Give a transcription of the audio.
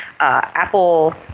Apple